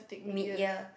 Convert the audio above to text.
mid year